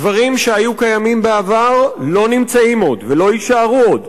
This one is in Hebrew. דברים שהיו קיימים בעבר לא נמצאים עוד ולא יישארו עוד.